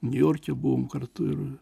niujorke buvom kartu ir